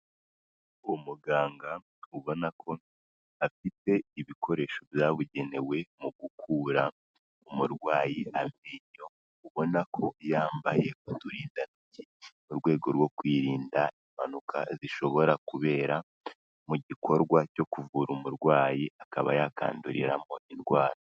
Umuganga ubona ko afite ibikoresho byabugenewe mu gukura umurwayi amenyo, ubona ko yambaye uturindantoki mu rwego rwo kwirinda impanuka zishobora kubera mu gikorwa cyo kuvura umurwayi, akaba yakanduriramo indwara.